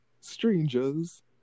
strangers